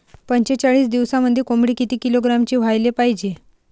पंचेचाळीस दिवसामंदी कोंबडी किती किलोग्रॅमची व्हायले पाहीजे?